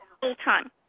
full-time